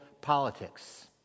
politics